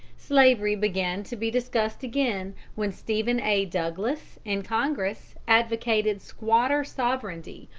slavery began to be discussed again, when stephen a. douglas, in congress, advocated squatter sovereignty,